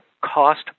cost